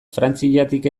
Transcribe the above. frantziatik